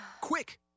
quick